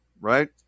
right